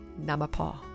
Namapaw